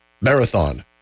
Marathon